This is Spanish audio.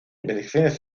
investigaciones